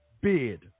bid